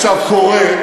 עכשיו, קורה,